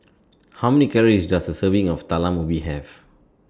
How Many Calories Does A Serving of Talam Ubi Have